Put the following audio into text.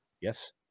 Yes